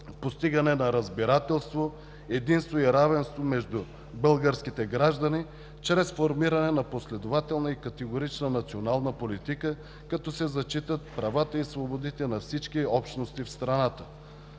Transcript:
постигане на разбирателство, единство и равенство между българските граждани чрез формиране на последователна и категорична национална политика, като се зачитат правата и свободите на всички общности в страната,